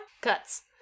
Cuts